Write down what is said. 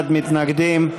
61 מתנגדים,